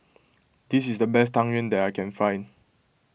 this is the best Tang Yuen that I can find